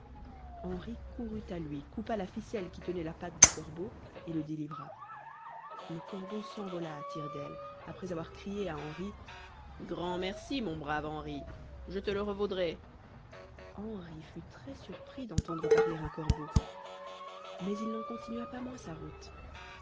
henri courut à lui coupa la ficelle qui tenait la patte du corbeau et le délivra le corbeau s'envola à tire-d'aile après avoir crié à henri grand merci mon brave henri je te le revaudrai henri fut très surpris d'entendre parler un corbeau mais il n'en continua pas moins sa route